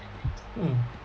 mm